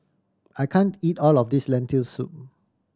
I can't eat all of this Lentil Soup